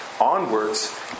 onwards